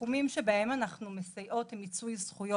התחומים שבהם אנחנו מסייעות הם מיצוי זכויות.